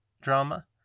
drama